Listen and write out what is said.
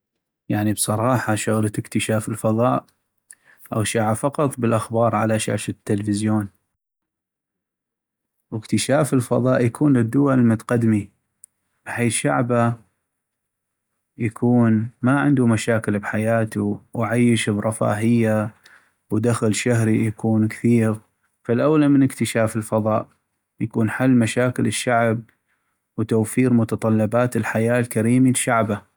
يعني بصراحة شغلة اكتشاف الفضاء اغشعا فقط بالأخبار على شاشة التلفزيون ، واكتشاف الفضاء يكون للدول المتقدمي بحيث شعبا يكون ما عندو مشاكل بحياتو وعيش برفاهية ودخل شهري يكون كثيغ ، فالاولى من اكتشاف الفضاء يكون حل مشاكل الشعب وتوفر متطلبات الحياة الكريمي لشعبا.